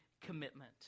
commitment